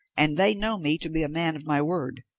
and they know me to be a man of my word.